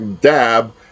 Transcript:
dab